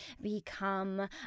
become